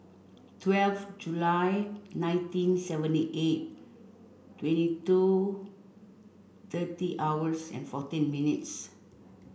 twelve July nineteen seventy eight twenty two thirty hours and fourteen minutes